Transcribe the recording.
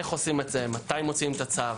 איך עושים את זה, מתי מוציאים את הצו.